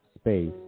space